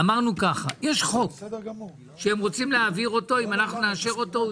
אמרנו שיש חוק שהם רוצים להעביר אותו ואם נאשר אותו,